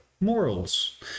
Morals